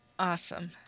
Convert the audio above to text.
awesome